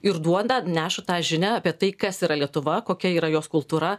ir duoda neša tą žinią apie tai kas yra lietuva kokia yra jos kultūra